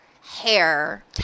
hair